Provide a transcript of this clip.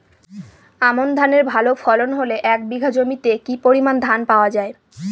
আমন ধানের ভালো ফলন হলে এক বিঘা জমিতে কি পরিমান ধান পাওয়া যায়?